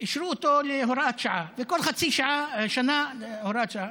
אישרו אותו להוראת שעה, וכל חצי שנה, הוראת שעה.